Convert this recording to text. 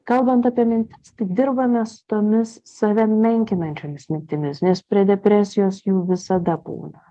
kalbant apie mintis tai dirbame su tomis save menkinančiomis mintimis nes prie depresijos jų visada būna